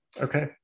Okay